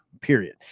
Period